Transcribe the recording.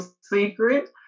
secret